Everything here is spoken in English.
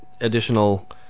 additional